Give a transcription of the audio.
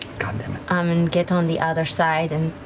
um and get on the other side and